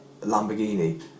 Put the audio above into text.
Lamborghini